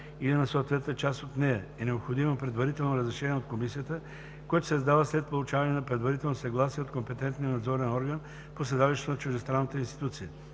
или на съответната част от нея е необходимо предварително разрешение от комисията, което се издава след получаване на предварително съгласие от компетентния надзорен орган по седалището на чуждестранната институция.